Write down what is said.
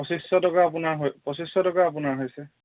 পঁচিছশ টকা আপোনাৰ পঁচিছশ টকা আপোনাৰ হৈছে